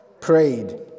prayed